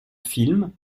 film